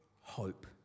hope